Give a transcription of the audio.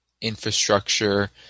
infrastructure